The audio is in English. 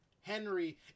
Henry